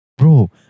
Bro